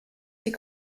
die